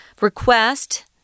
request